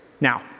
Now